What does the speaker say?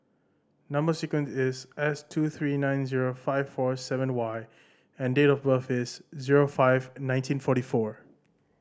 number sequence is S two three nine zero five four seven Y and date of birth is zero five nineteen forty four